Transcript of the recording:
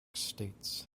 states